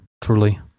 Truly